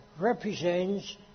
represents